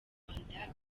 rwanda